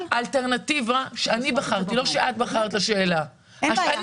האלטרנטיבה שאני בחרתי, לא שאת בחרת לשאלה, היא